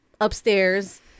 upstairs